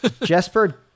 Jesper